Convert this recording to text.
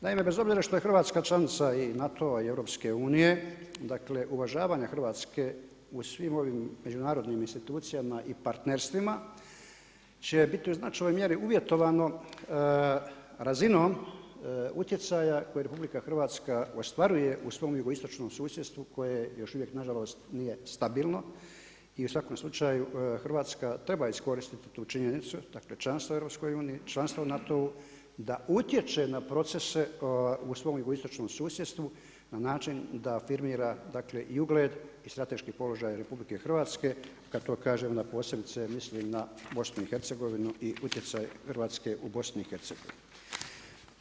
Naime, bez obzira što je Hrvatska članica i NATO-a i EU-a, dakle uvažavanja Hrvatske u svim ovim međunarodnim institucijama i partnerstvima će biti u značajnoj mjeri uvjetovano razinom utjecaja koje RH ostvaruje u svom jugoistočnom susjedstvu koje još uvijek, nažalost nije stabilno i u svakom slučaju Hrvatska treba iskoristiti tu činjenicu, dakle članstvo u EU-a, članstvo u NATO-u, da utječe na procese u svom jugoistočnom susjedstvu na način da firmira i ugled i strateški položaj RH, kad to kažem onda posebice mislim na BiH i utjecaj Hrvatske u BIH-u.